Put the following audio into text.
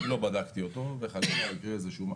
אני לא בדקתי אותו וחלילה יקרה משהו,